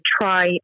try